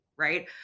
Right